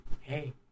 hey